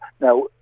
Now